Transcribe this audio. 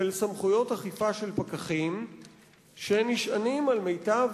של סמכויות אכיפה של פקחים שנשענים על מיטב